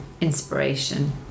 inspiration